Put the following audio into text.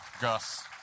Gus